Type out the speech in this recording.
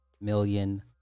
million